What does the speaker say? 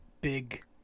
big